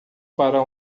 para